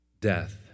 death